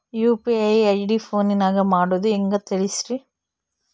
UPI ID ಫೋನಿನಾಗ ಮಾಡೋದು ಹೆಂಗ ತಿಳಿಸ್ರಿ?